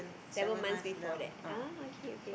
seven months before that ah okay okay